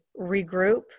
regroup